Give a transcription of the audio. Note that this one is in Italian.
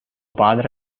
padre